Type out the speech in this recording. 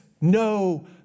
no